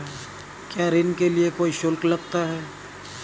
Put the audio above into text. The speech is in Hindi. क्या ऋण के लिए कोई शुल्क लगता है?